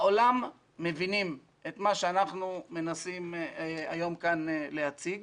בעולם מבינים את מה שאנחנו מנסים היום כאן להציג.